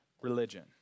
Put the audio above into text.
religion